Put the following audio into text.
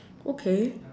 okay